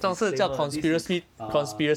disclaimer this is uh